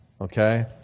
Okay